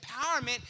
empowerment